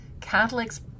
Catholics